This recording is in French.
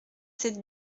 sept